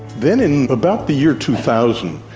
then in about the year two thousand,